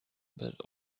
but